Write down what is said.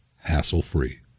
hassle-free